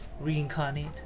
reincarnate